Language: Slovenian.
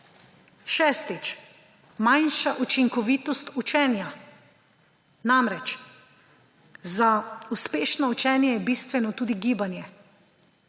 Šestič, manjša učinkovitost učenja. Namreč za uspešno učenje je bistveno tudi gibanje.